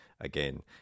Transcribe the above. again